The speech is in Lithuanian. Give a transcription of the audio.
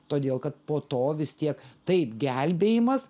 todėl kad po to vis tiek taip gelbėjimas